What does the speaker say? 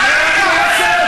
לך מפה,